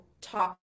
talk